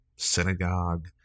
synagogue